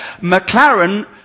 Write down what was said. McLaren